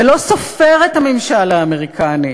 ולא סופר את הממשל האמריקני,